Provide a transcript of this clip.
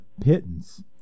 pittance